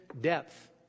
depth